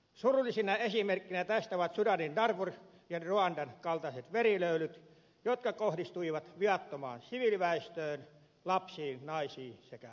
surullisina esimerkkeinä tästä ovat sudanin darfurin ja ruandan kaltaiset verilöylyt jotka kohdistuivat viattomaan siviiliväestöön lapsiin naisiin sekä vanhuksiin